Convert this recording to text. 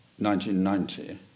1990